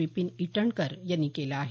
विपीन इटनकर यांनी केलं आहे